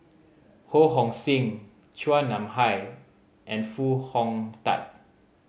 Ho Hong Sing Chua Nam Hai and Foo Hong Tatt